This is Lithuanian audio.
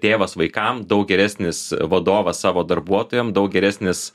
tėvas vaikam daug geresnis vadovas savo darbuotojam daug geresnis